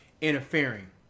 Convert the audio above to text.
interfering